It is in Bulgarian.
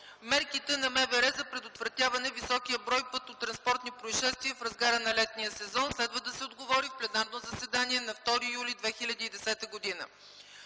мерките на МВР за предотвратяване на високия брой пътнотранспортни произшествия в разгара на летния сезон. Следва да се отговори в пленарното заседание на 2 юли 2010 г.